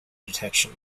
detection